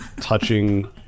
touching